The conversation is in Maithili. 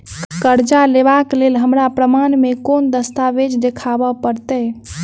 करजा लेबाक लेल हमरा प्रमाण मेँ कोन दस्तावेज देखाबऽ पड़तै?